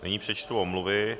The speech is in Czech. Nyní přečtu omluvy.